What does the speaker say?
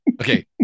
Okay